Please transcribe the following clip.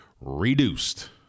reduced